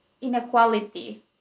inequality